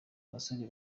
abasore